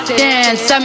dance